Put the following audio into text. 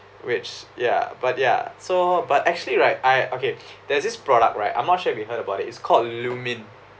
which ya but ya so but actually right I okay there's this product right I'm not sure if you've heard about it's called lumin